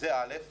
שנית,